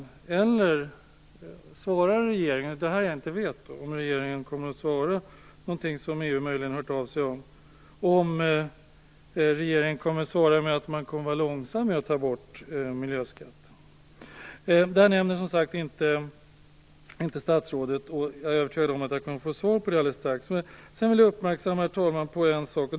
Eller svarar regeringen - här vet jag alltså inte om regeringen kommer att svara på något som EU möjligen har hört av sig om - att man kommer att vara långsam när det gäller att ta bort miljöskatten? Statsrådet nämner, som sagt, ingenting om det, men jag är övertygad om att jag får ett svar på det alldeles strax. Så till en annan sak som jag vill fästa uppmärksamheten på.